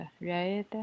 right